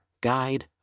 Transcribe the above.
guide